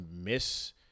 miss